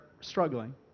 struggling